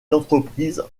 d’entreprise